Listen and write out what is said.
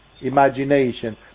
imagination